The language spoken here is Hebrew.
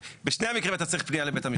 בשני המקרים אתה צריך את הפנייה לבית המשפט.